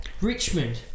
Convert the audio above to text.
Richmond